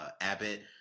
abbott